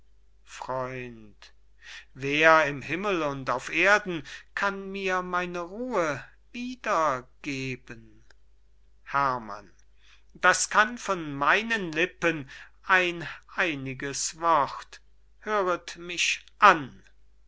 freund wer im himmel und auf erden kann mir meine ruhe wiedergeben herrmann das kann von meinen lippen ein einziges wort höret mich an